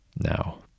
Now